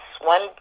one